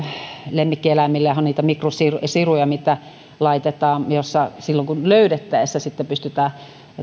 niitä mikrosiruja mitä laitetaan ja silloin löydettäessä pystytään